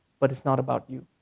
but it's not about you.